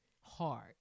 hard